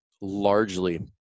largely